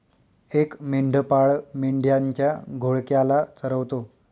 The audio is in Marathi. एक मेंढपाळ मेंढ्यांच्या घोळक्याला चरवतो